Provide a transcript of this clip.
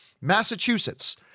Massachusetts